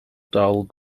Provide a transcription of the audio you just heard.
dull